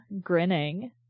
grinning